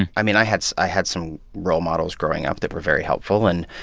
and i mean, i had so i had some role models growing up that were very helpful. and,